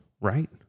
right